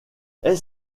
est